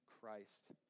Christ